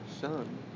Son